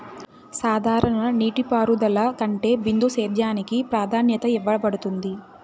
సాధారణ నీటిపారుదల కంటే బిందు సేద్యానికి ప్రాధాన్యత ఇవ్వబడుతుంది